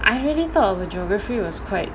I really thought our geography was quite